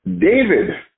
david